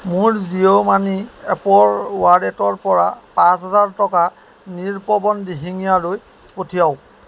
মোৰ জিঅ' মানি এপৰ ৱালেটৰ পৰা পাঁচ হাজাৰ টকা নীলপৱন দিহিঙীয়ালৈ পঠিয়াওক